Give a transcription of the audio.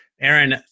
Aaron